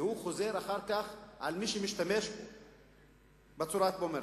והוא חוזר אחר כך אל מי שמשתמש בו כבומרנג,